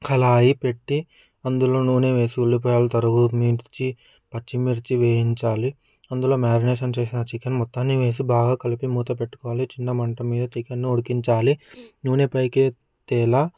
కళాయి పెట్టి అందులో నూనె వేసి ఉల్లిపాయలు తరుగు మిర్చి పచ్చిమిర్చి వేయించాల్లి అందులో మ్యారినేషన్ చికెన్ మొత్తాన్ని వేసి బాగా కలిపి మూత పెట్టుకోవాలి మరి చిన్న మంట మీద చికెన్ని ఉడికించాలి నూనె బాగా పైకి తెల